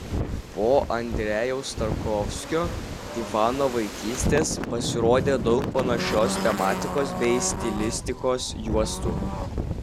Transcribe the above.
po andrejaus tarkovskio ivano vaikystės pasirodė daug panašios tematikos bei stilistikos juostų